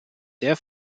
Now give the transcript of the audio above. sehr